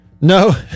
No